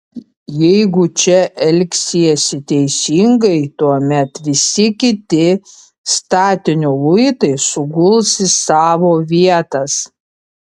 jeigu čia elgsiesi teisingai tuomet visi kiti statinio luitai suguls į savo vietas